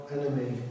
enemy